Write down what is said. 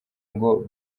ngo